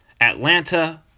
Atlanta